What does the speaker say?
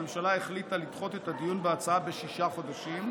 הממשלה החליטה לדחות את הדיון בהצעה בשישה חודשים.